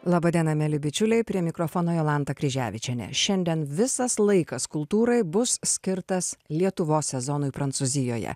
laba diena mieli bičiuliai prie mikrofono jolanta kryževičienė šiandien visas laikas kultūrai bus skirtas lietuvos sezonui prancūzijoje